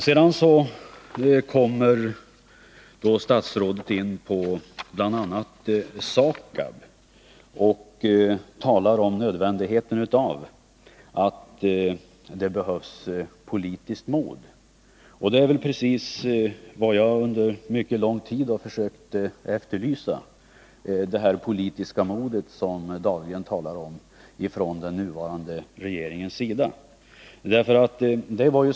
Sedan kommer då statsrådet in på bl.a. SAKAB och talar om nödvändigheten av att ha politiskt mod. Det är precis vad jag under mycket lång tid har försökt efterlysa hos nuvarande regering — det politiska mod som herr Dahlgren talar om.